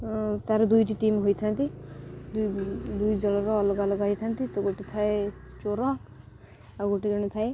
ତା'ର ଦୁଇଟି ଟିମ୍ ହୋଇଥାନ୍ତି ଦୁଇ ଦଳର ଅଲଗା ଅଲଗା ହେଇଥାନ୍ତି ତ ଗୋଟେ ଥାଏ ଚୋର ଆଉ ଗୋଟେ ଜଣେ ଥାଏ